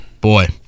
Boy